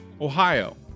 Ohio